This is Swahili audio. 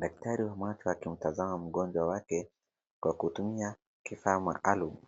Daktari wa macho akimtazama mgonjwa wake Kwa kutumia kifaa maalumu